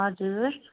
हजुर